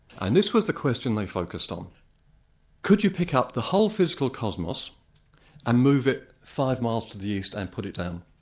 and this was the question they focused on could you pick up the whole physical cosmos and move it five miles to the east and put it down?